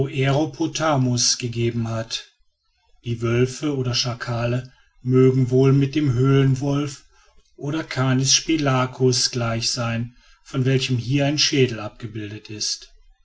gegeben hat die wölfe oder schakale mögen wohl mit dem höhlenwolf oder canis spelacus gleich sein von welchen hier ein schädel abgebildet ist